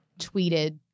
tweeted